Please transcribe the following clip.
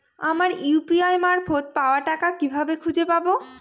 আমার ইউ.পি.আই মারফত পাওয়া টাকা কিভাবে খুঁজে পাব?